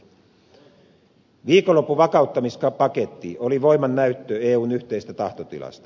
viikonlopun vakauttamispaketti oli voimannäyttö eun yhteisestä tahtotilasta